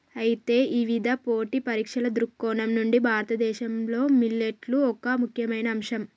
అయితే ఇవిధ పోటీ పరీక్షల దృక్కోణం నుండి భారతదేశంలో మిల్లెట్లు ఒక ముఖ్యమైన అంశం